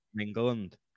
England